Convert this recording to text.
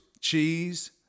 cheese